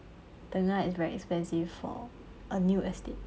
tengah is very expensive for a new estate